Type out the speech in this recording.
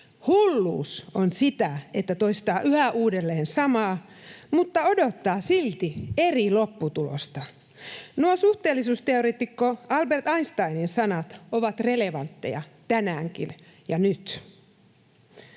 ”Hulluus on sitä, että toistaa yhä uudelleen samaa mutta odottaa silti eri lopputulosta.” Nuo suhteellisuusteoreetikko Albert Einsteinin sanat ovat relevantteja tänäänkin ja nyt.